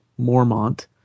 Mormont